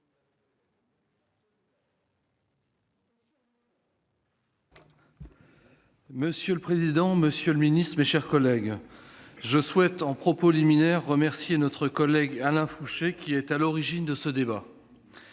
Monsieur le président, monsieur le ministre, mes chers collègues, à titre liminaire, je souhaite remercier notre collègue Alain Fouché, qui est à l'origine de ce débat.